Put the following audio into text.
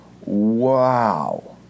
Wow